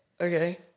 Okay